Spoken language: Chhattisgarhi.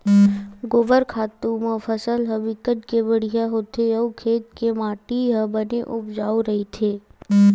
गोबर खातू म फसल ह बिकट के बड़िहा होथे अउ खेत के माटी ह बने उपजउ रहिथे